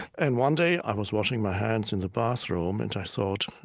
and one day, i was washing my hands in the bathroom, and i thought,